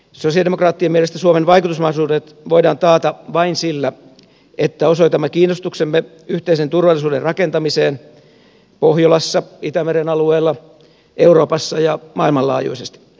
sosialidemokraattien mielestä suomen vaikutusmahdollisuudet voidaan taata vain sillä että osoitamme kiinnostuksemme yhteisen turvallisuuden rakentamiseen pohjolassa itämeren alueella euroopassa ja maailmanlaajuisesti